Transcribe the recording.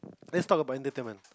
let's talk about interment